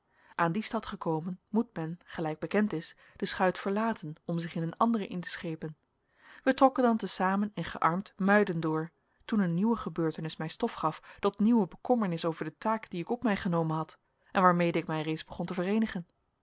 aan die stad gekomen moet men gelijk bekend is de schuit verlaten om zich in een andere in te schepen wij trokken dan te zamen en gearmd muiden door toen een nieuwe gebeurtenis mij stof gaf tot nieuwe bekommernis over de taak die ik op mij genomen had en waarmede ik mij reeds begon te vereenigen